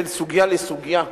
בין סוגיה לסוגיה,